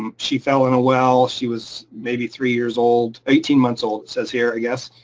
um she fell in a well. she was maybe three years old, eighteen months old, it says here, i guess.